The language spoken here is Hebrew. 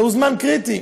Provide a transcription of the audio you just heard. זהו זמן קריטי.